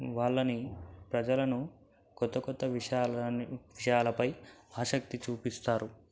వాళ్ళని ప్రజలను కొత్త కొత్త విషయాలని విషయాలపై ఆసక్తి చూపిస్తారు